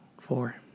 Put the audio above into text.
Four